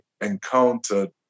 encountered